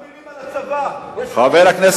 אנחנו לא מטילים על הצבא, חבר הכנסת